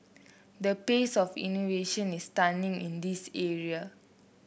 the pace of innovation is stunning in this area